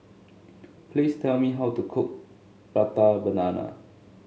please tell me how to cook Prata Banana